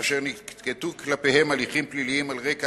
אשר ננקטו כלפיהם הליכים פליליים על רקע